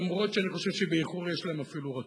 אף-על-פי שאני חושב שבאיחור יש להם אפילו רצון.